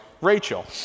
Rachel